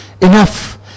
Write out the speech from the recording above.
Enough